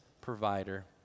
provider